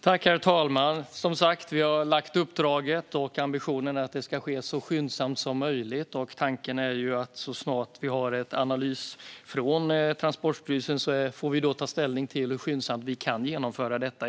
Herr talman! Vi har som sagt gett uppdraget, och ambitionen är att detta ska ske så skyndsamt som möjligt. Tanken är att så snart vi har en analys från Transportstyrelsen får vi ta ställning till hur skyndsamt vi kan genomföra detta.